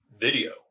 video